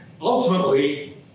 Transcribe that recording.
ultimately